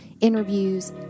interviews